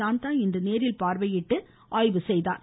சாந்தா இன்று நேரில் பார்வையிட்டு ஆய்வு செய்தார்